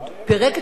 פירק את הליכוד,